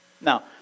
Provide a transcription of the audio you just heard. Now